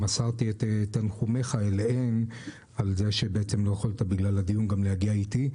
מסרתי את תנחומיך אליהם ועל כך שבגלל הדיון לא יכולת להגיע איתי.